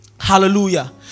Hallelujah